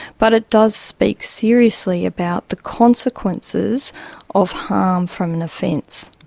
but it does speak seriously about the consequences of harm from an offence.